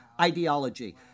ideology